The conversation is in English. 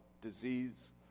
disease